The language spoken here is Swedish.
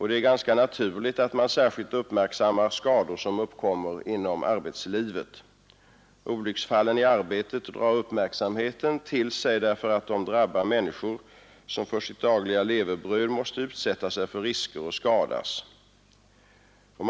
Det är ganska naturligt att man särskilt uppmärksammar skador som uppkommer inom arbetslivet. Olycksfallen i arbetet drar uppmärksamheten till sig därför att de drabbar människor som för sitt dagliga levebröd måste utsätta sig för risker och som skadas.